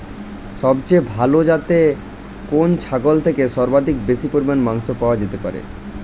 সবচেয়ে ভালো যাতে কোন ছাগল থেকে সর্বাধিক বেশি পরিমাণে মাংস পাওয়া যেতে পারে?